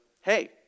hey